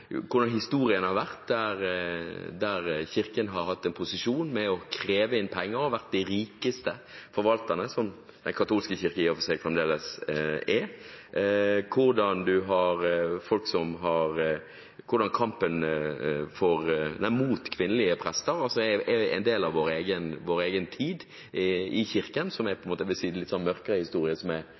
hvordan historien har vært der kirken har hatt en posisjon med å kreve inn penger og vært de rikeste forvalterne, som den katolske kirke i og for seg fremdeles er, hvordan kampen mot kvinnelige prester er en del av vår egen tid i kirken, som jeg vil si er en litt mørkere historie som er